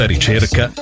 ricerca